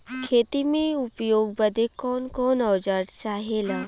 खेती में उपयोग बदे कौन कौन औजार चाहेला?